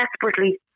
desperately